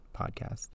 podcast